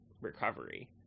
recovery